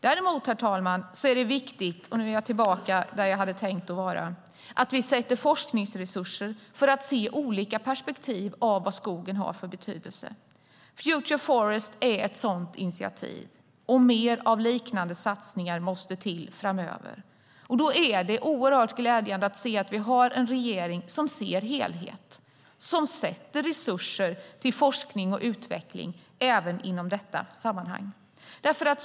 Däremot, herr talman, är det viktigt att vi avsätter forskningsresurser till att se olika perspektiv av vad skogen har för betydelse. Future Forests är ett sådant initiativ. Mer av liknande satsningar måste till framöver. Då är det glädjande att se att vi har en regering som ser helheten och sätter till resurser till forskning och utveckling även i detta sammanhang.